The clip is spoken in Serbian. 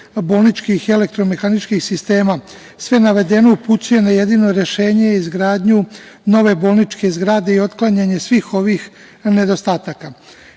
bolničkih i elektro-mehaničkih sistema, sve navedeno upućuje na jedino rešenje i izgradnju nove bolničke zgrade i otklanjanje svih ovih nedostataka. Pored